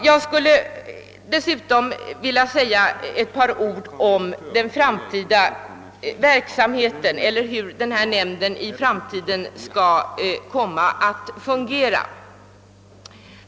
Jag skulle dessutom vilja säga ett par ord om hur denna nämnd i framtiden bör fungera.